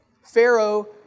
Pharaoh